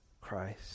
Christ